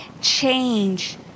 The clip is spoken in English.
change